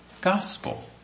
gospel